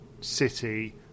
city